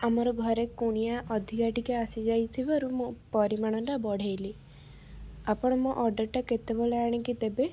ଆମର ଘରେ କୁଣିଆ ଅଧିକା ଟିକିଏ ଆସିଯାଇଥିବାରୁ ମୁଁ ପରିମାଣଟା ବଢ଼ାଇଲି ଆପଣ ମୋ ଅର୍ଡ଼ରଟା କେତେବେଳେ ଆଣିକି ଦେବେ